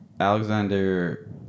Alexander